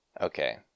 Okay